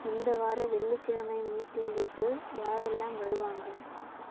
இந்த வார வெள்ளிக்கிழமை மீட்டிங்குக்கு யாரெல்லாம் வருவாங்க